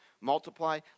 multiply